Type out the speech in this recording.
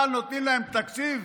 אבל נותנים להם תקציב